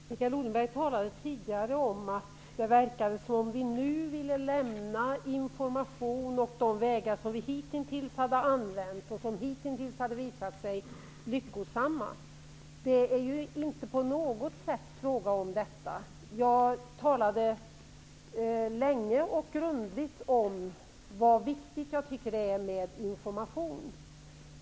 Fru talman! Mikael Odenberg talade tidigare om att det verkar som om vi nu vill avstå från att använda oss av vägar som hittills har visat sig vara lyckosamma, t.ex. information. Det är inte på något sätt fråga om detta. Jag har talat länge och grundligt om hur viktigt jag tycker att det är med information.